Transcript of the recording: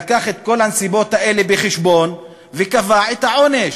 שלקח את כל הנסיבות האלה בחשבון וקבע את העונש.